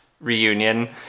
reunion